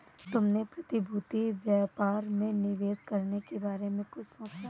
तुमने प्रतिभूति व्यापार में निवेश करने के बारे में कुछ सोचा?